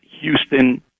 Houston